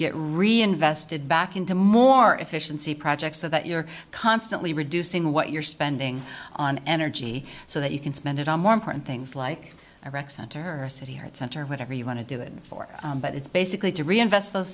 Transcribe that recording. get reinvested back into more efficiency projects so that you're constantly reducing what you're spending on energy so that you can spend it on more important things like a rec center her city at center whatever you want to do it for but it's basically to reinvest th